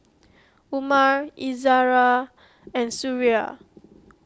Umar Izzara and Suria